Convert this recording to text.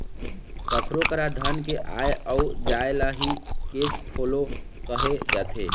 कखरो करा धन के आय अउ जाय ल ही केस फोलो कहे जाथे